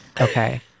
Okay